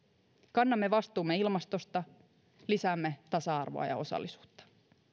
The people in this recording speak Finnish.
kannamme vastuumme ilmastosta lisäämme tasa arvoa ja osallisuutta